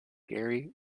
gary